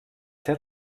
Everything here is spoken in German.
der